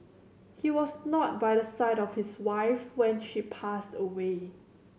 he was not by the side of his wife when she passed away